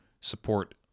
support